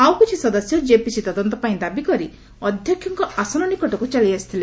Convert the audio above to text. ଆଉ କିଛି ସଦସ୍ୟ ଜେପିସି ତଦନ୍ତ ପାଇଁ ଦାବି କରି ଅଧ୍ୟକ୍କ ଆସନ ନିକଟକ୍ର ଚାଲିଯାଇଥିଲେ